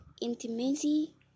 intimacy